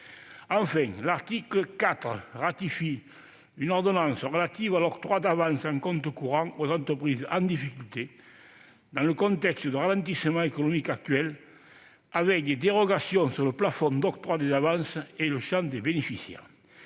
Enfin, l'article 4 ratifie une ordonnance relative à l'octroi d'avances en compte courant aux entreprises en difficulté, dans le contexte de ralentissement économique actuel, avec des dérogations sur le plafond d'octroi des avances et le champ des bénéficiaires.